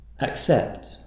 Accept